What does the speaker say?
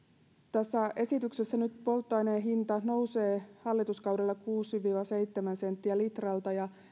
tässä esityksessä nyt polttoaineen hinta nousee hallituskaudella kuusi viiva seitsemän senttiä litralta ja